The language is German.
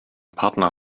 partner